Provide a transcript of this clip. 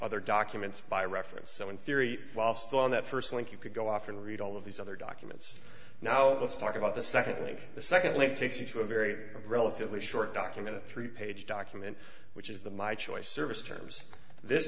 other documents by reference so in theory while still on that first link you could go off and read all of these other documents now let's talk about the second link the second link takes you to a very a relatively short document a three page document which is the my choice service terms this